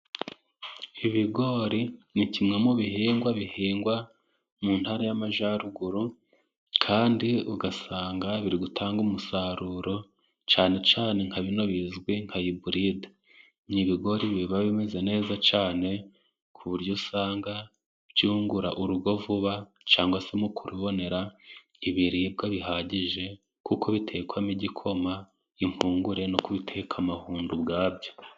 Ibigori ni kimwe mu bihingwa, bihingwa mu Ntara y'Amajyaruguru, kandi ugasanga birigutanga umusaruro, cyane cyane nka bino bizwi nka eburide. Ni ibigori biba bimeze neza cyane, ku buryo usanga byungura urugo vuba, cyangwa se mu ku rubonera ibiribwa bihagije, kuko bitekwamo igikoma, impungure, no kubiteka amahundo ubwabyo.